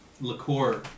liqueur